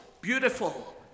beautiful